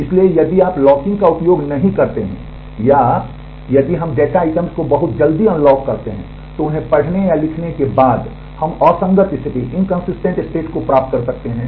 इसलिए यदि आप लॉकिंग का उपयोग नहीं करते हैं या यदि हम डेटा आइटम्स को बहुत जल्दी अनलॉक करते हैं तो उन्हें पढ़ने या लिखने के बाद हम असंगत स्थिति हो सकता है